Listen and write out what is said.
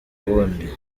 wundi